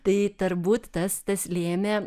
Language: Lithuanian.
tai turbūt tas tas lėmė